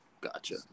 Gotcha